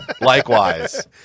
Likewise